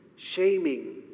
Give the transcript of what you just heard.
Shaming